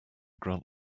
grant